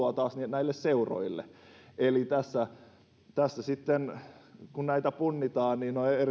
näille seuroille tässä tässä sitten kun näitä punnitaan on erittäin mielenkiintoista ajatella että